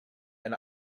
and